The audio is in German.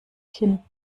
kinn